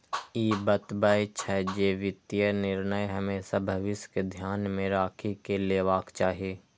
ई बतबै छै, जे वित्तीय निर्णय हमेशा भविष्य कें ध्यान मे राखि कें लेबाक चाही